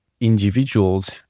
individuals